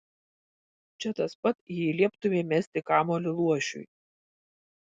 čia tas pat jei lieptumei mesti kamuolį luošiui